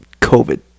COVID